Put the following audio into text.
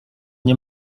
nie